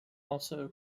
also